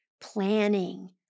planning